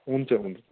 हुन्छ हुन्छ